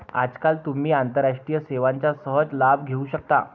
आजकाल तुम्ही आंतरराष्ट्रीय सेवांचा सहज लाभ घेऊ शकता